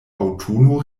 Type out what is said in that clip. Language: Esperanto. aŭtuno